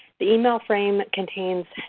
the email frame contains